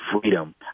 freedom